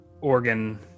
organ